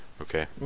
Okay